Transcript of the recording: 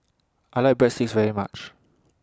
I like Breadsticks very much